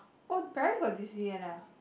oh Paris got Disneyland ah